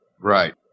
Right